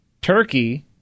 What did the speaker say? Turkey